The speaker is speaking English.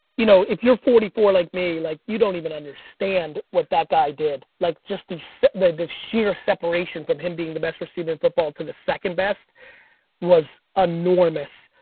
you know if you're forty four like me, like you don't even understand what that guy did, like just the so the sheer separation from him being the best receiver in football to the second best was enormous.